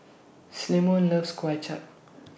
Clemon loves Kuay Chap